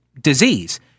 disease